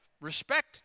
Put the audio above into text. respect